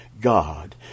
God